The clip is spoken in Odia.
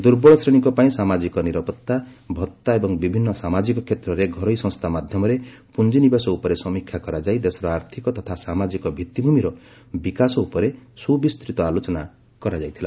ଦୁର୍ବଳ ଶ୍ରେଣୀଙ୍କ ପାଇଁ ସାମାଜିକ ନିରାପତ୍ତା ଭତ୍ତା ଏବଂ ବିଭିନ୍ନ ସାମାଜିକ କ୍ଷେତ୍ରରେ ଘରୋଇ ସଂସ୍ଥା ମାଧ୍ୟମରେ ପୁଞ୍ଜିନିବେଶ ଉପରେ ସମୀକ୍ଷା କରାଯାଇ ଦେଶର ଆର୍ଥିକ ତଥା ସାମାଜିକ ଭିଭିଭ୍ ମିର ବିକାଶ ଉପରେ ସୁବିସ୍ଚୃତ ଆଲୋଚନା କରାଯାଇଥିଲା